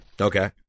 Okay